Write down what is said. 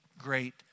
great